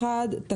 הצבעה אושרה.